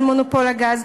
של מונופול הגז.